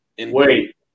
Wait